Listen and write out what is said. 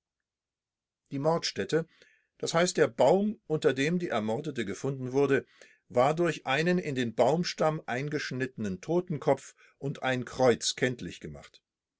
die mordstätte d h der baum unter dem die ermordete gefunden wurde war durch einen in den baumstamm eingeschnittenen totenkopf und ein kreuz kenntlich gemacht